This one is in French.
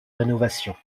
rénovation